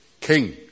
king